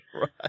Right